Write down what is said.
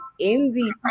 indie